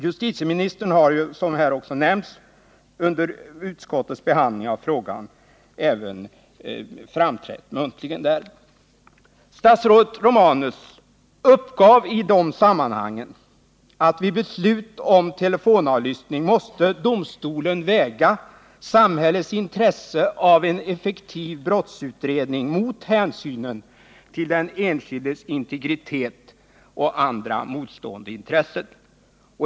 Justitieministern har, som också här nämnts, under utskottets behandling av frågan även framträtt muntligt där. Statsrådet Romanus uppgav i dessa sammanhang att vid beslut om telefonavlyssning domstolen måste väga samhällets intresse av en effektiv brottsutredning mot hänsynen till den enskildes integritet och andra motstående intressen.